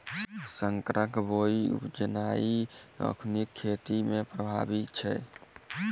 सँकर बीया उपजेनाइ एखुनका खेती मे प्रभावी छै